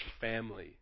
family